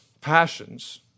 passions